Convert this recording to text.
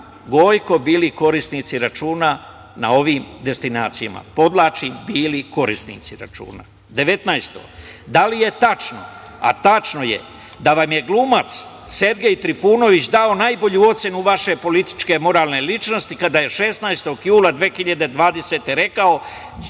Gojko bili korisnici računa na ovim destinacijama? Podvlačim - bili korisnici računa. Pitanje broj 19. - da li je tačno, a tačno je, da vam je glumac Sergej Trifunović dao najbolju ocenu vaše političke moralne ličnosti kada je 16. jula 2020. godine